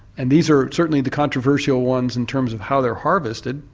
and these are certainly the controversial ones in terms of how they are harvested,